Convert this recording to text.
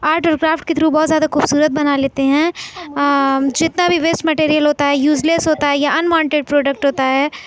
art اور craft کے through بہت زیادہ خوبصورت بنا لیتے ہیں جتنا بھی ویسٹ مٹیریل ہوتا ہے یوزلیس ہوتا ہے یا انوانٹیڈ پروڈکٹ ہوتا ہے